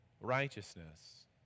righteousness